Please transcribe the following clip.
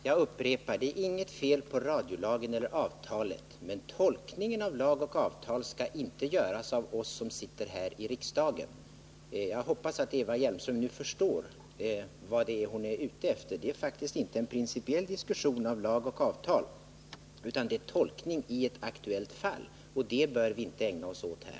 Herr talman! Jag upprepar: Det är inget fel på radiolagen eller avtalet. Men tolkningen av lag och avtal skall inte göras av oss som sitter här i riksdagen. Jag hoppas att Eva Hjelmström nu förstår vad det är hon är ute efter. Det är faktiskt inte en principiell diskussion om lag och avtal utan en tolkning i ett aktuellt fall. Och det bör vi inte ägna oss åt här.